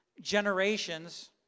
generations